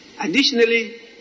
Additionally